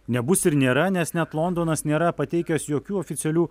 nebus ir nėra nes net londonas nėra pateikęs jokių oficialių